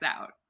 out